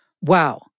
wow